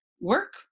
work